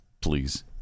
please